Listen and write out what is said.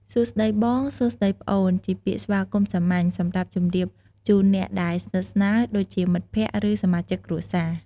សួស្តីបង សួស្តីប្អូនជាពាក្យស្វាគមន៍សាមញ្ញ សម្រាប់ជម្រាបជូនអ្នកដែលស្និទ្ធស្នាល ដូចជា មិត្តភក្តិ ឬសមាជិកគ្រួសារ។